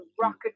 rocket